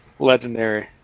Legendary